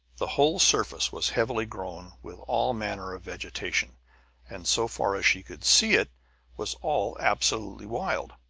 the whole surface was heavily grown with all manner of vegetation and so far as she could see it was all absolutely wild.